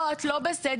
לא את לא בסדר,